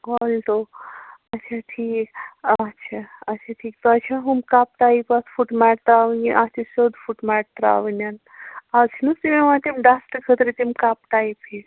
Alto اچھا ٹھیٖک آچھا اچھا ٹھیٖک تۄہہِ چھےٚ ہُم کپ ٹایپ اَتھ فُٹ میٹ ترٛاوٕنۍ یا اَتھ چھِ سیوٚد فُٹ میٹ ترٛاوٕنٮ۪ن آز چھِ نہٕ حظ تِم یِوان تِم ڈَسٹ خٲطرٕ تِم کَپ ٹایپ ہِوۍ